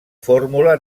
fórmula